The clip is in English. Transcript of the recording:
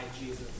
Jesus